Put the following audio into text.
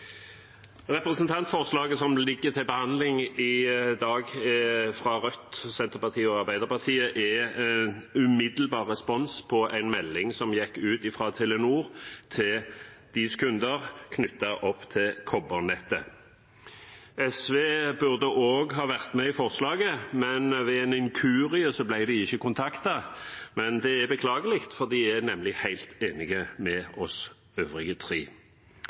Representantforslaget som ligger til behandling i dag, fra Rødt, Senterpartiet og Arbeiderpartiet, er en umiddelbar respons på en melding som gikk ut fra Telenor til deres kunder knyttet til kobbernettet. SV burde også ha vært med på forslaget, men ved en inkurie ble de ikke kontaktet, noe som er beklagelig, for de er nemlig helt enige med oss øvrige tre.